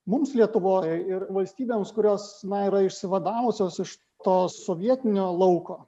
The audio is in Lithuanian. mums lietuvoj ir valstybėms kurios yra išsivadavusios iš to sovietinio lauko